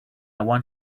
want